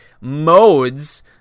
modes